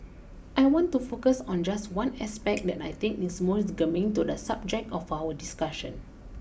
I want to focus on just one aspect that I think is most germane to the subject of our discussion